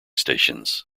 stations